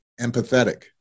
empathetic